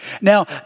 Now